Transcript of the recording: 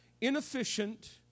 inefficient